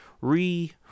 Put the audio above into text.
re